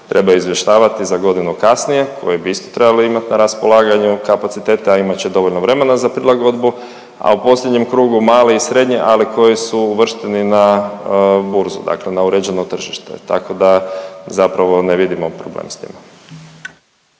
trebaju izvještavati za godinu kasnije koje bi isto trebali imat na raspolaganju kapacitete, a imat će dovoljno vremena za prilagodbu, a u posljednjem krugu mali i srednji, ali koji su uvršteni na burzu, dakle na uređeno tržište, tako da zapravo ne vidimo problem s time.